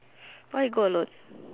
why you go alone